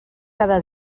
cada